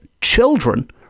children